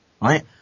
Right